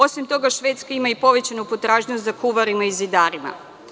Osim toga, Švedska ima i povećanu potražnju za kuvarima i zidarima.